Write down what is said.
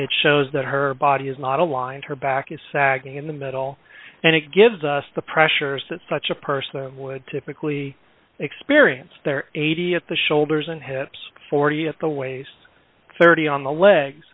it shows that her body is not aligned her back is sagging in the middle and it gives us the pressures that such a person would typically experience their eighty at the shoulders and hips forty at the waist thirty on the legs